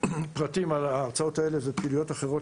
פרטים על ההרצאות האלה ופעילויות אחרות